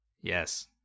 Yes